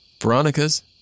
Veronica's